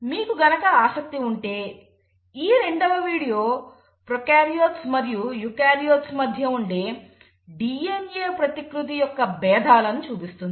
మీకు గనుక ఆసక్తి ఉంటే ఈ రెండవ వీడియో ప్రోకార్యోట్లు మరియు యూకార్యోట్స్ మధ్య ఉండే DNA ప్రతికృతి యొక్క భేదాలను చూపిస్తుంది